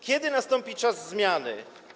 Kiedy nastąpi czas zmiany?